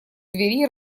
двери